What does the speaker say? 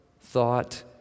thought